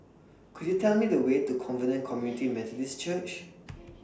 Could YOU Tell Me The Way to Covenant Community Methodist Church